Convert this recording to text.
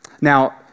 Now